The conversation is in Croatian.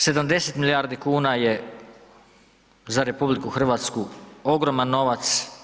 70 milijardi kuna je za RH ogroman novac.